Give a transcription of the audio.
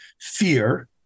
fear